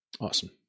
Awesome